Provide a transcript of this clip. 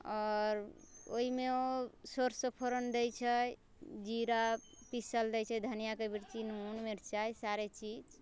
आओर ओइमे ओ सरसो फोरन दै छै जीरा पीसल दै छै धनिआ नून मिरचाइ सारे चीज